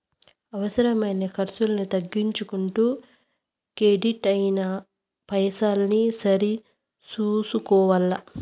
అవసరమైన కర్సులను తగ్గించుకుంటూ కెడిట్ అయిన పైసల్ని సరి సూసుకోవల్ల